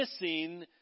missing